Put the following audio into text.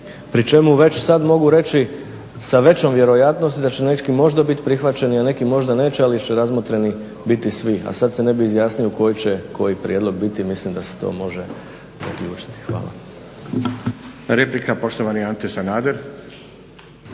pri čemu već sada mogu reći sa većom vjerojatnosti da će neki možda biti prihvaćeni, a neki možda neće ali će razmotreni biti svi. a sada se ne bi izjasnio koji će koji prijedlog, mislim da se to može zaključiti. Hvala.